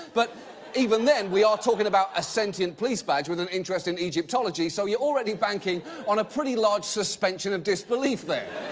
but even then, we are talking about a sentient police badge with an interest in egyptology, so you're already banking on a pretty large suspension of disbelief there.